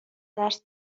درس